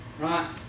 Right